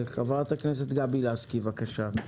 חברת הכנסת גבי לסקי, בבקשה.